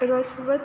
ऱ्हस्व